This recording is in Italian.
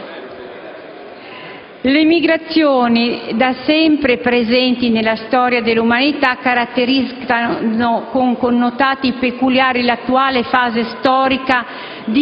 Le migrazioni, da sempre presenti nella storia dell'umanità, caratterizzano con connotati peculiari l'attuale fase storica